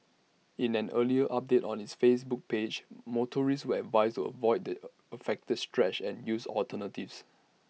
in an earlier update on its Facebook page motorists were advised to avoid the affected stretch and use alternatives